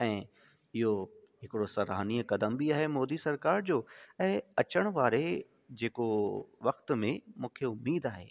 ऐं इहो हिकिड़ो सराहनीय क़दम बि आहे मोदी सरकार जो ऐं अचण वारे जेको वक़्त में मूंखे उमेदु आहे